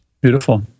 Beautiful